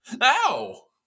Ow